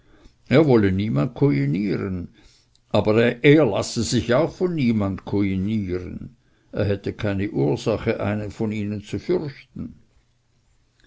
er wolle niemand kujinieren aber er lasse sich auch von niemanden kujinieren er hätte keine ursache einen von ihnen zu fürchten